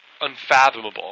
unfathomable